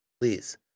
Please